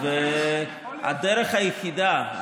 והדרך היחידה,